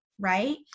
right